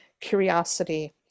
curiosity